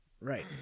Right